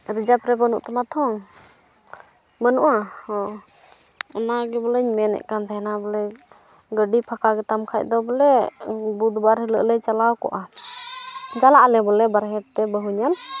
ᱨᱤᱡᱟᱵᱷ ᱨᱮ ᱵᱟᱹᱱᱩᱜ ᱛᱟᱢᱟ ᱛᱚ ᱵᱟᱹᱱᱩᱜᱼᱟ ᱦᱚᱸ ᱚᱱᱟᱜᱮ ᱵᱚᱞᱮᱧ ᱢᱮᱱᱮᱫ ᱠᱟᱱ ᱛᱟᱦᱮᱱᱟ ᱵᱚᱞᱮ ᱜᱟᱹᱰᱤ ᱯᱷᱟᱠᱟ ᱜᱮᱛᱟᱢ ᱠᱷᱟᱱ ᱫᱚ ᱵᱚᱞᱮ ᱵᱩᱫᱷᱵᱟᱨ ᱦᱤᱞᱳᱜ ᱞᱮ ᱪᱟᱞᱟᱣ ᱠᱚᱜᱼᱟ ᱪᱟᱞᱟᱜ ᱟᱞᱮ ᱵᱚᱞᱮ ᱵᱟᱦᱨᱮ ᱛᱮ ᱵᱟᱹᱦᱩ ᱧᱮᱞ